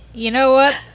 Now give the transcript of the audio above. you know what?